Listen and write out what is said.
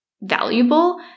valuable